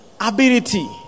Ability